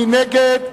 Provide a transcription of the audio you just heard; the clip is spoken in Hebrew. מי נגד?